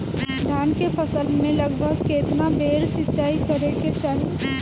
धान के फसल मे लगभग केतना बेर सिचाई करे के चाही?